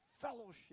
fellowship